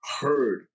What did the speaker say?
heard